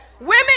Women